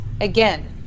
again